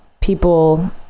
people